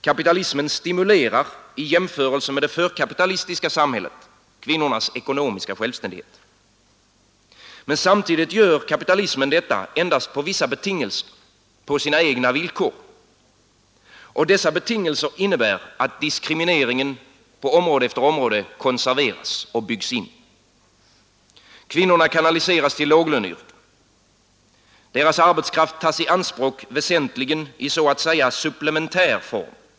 Kapitalismen stimulerar i jämförelse med det förkapitalistiska samhället kvinnornas ekonomiska självständighet. Men samtidigt gör kapitalismen detta endast under vissa betingelser, på sina egna villkor. Och dessa betingelser innebär att diskrimineringen på område efter område konserveras och byggs in. Kvinnorna kanaliseras till låglöneyrken. Deras arbetskraft tas i anspråk väsentligen i så att säga supplementär form.